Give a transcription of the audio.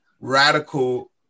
radical